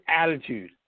attitude